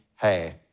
hey